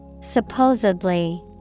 supposedly